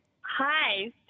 Hi